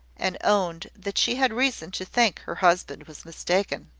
and owned that she had reason to think her husband was mistaken.